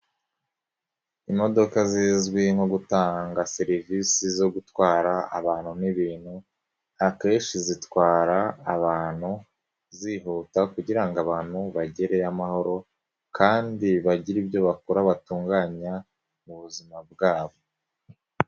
Imodoka zizwi nko gutanga serivisi zo gutwara abantu n'ibintu akenshi zitwara abantu zihuta kugira ngo abantu bagereyo amahoro kandi bagire ibyo bakora batunganya mu buzima bwabo.